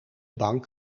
bank